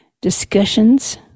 discussions